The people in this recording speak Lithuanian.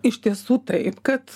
iš tiesų taip kad